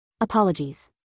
Apologies